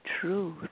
truth